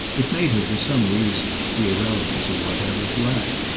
it made her for some reason the irrelevance or whatever laugh.